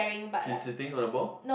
she's sitting on a ball